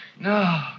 No